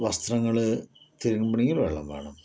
വസ്ത്രങ്ങൾ തിരുമണമെങ്കിൽ വെള്ളം വേണം